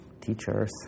teachers